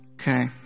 okay